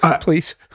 please